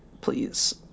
Please